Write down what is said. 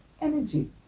energy